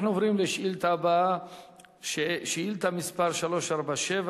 אנחנו עוברים לשאילתא הבאה, שאילתא מס' 347,